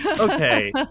okay